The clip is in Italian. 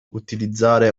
utilizzare